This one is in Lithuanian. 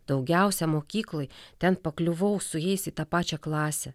daugiausia mokykloj ten pakliuvau su jais į tą pačią klasę